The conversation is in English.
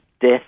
death